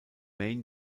maine